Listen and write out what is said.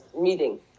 meeting